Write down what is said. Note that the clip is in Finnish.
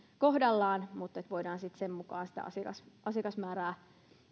kohdallaan mutta voidaan sitten sen mukaan sitä asiakasmäärää